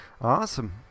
Awesome